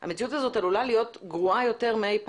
המציאות הזאת עלולה להיות גרועה יותר מאי פעם,